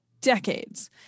Decades